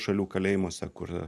šalių kalėjimuose kur